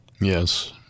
Yes